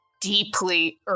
deeply